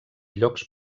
llocs